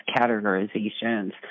categorizations